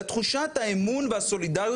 לתחושת האמון והסולידיות